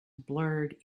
blurred